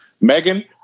Megan